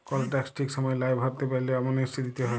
call tax ঠিক সময় লায় ভরতে পারল্যে, অ্যামনেস্টি দিতে হ্যয়